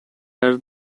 are